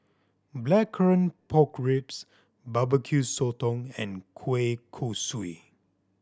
Blackcurrant Pork Ribs Barbecue Sotong and kueh kosui